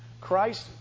Christ